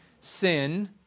sin